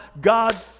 God